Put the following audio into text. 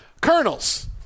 Colonels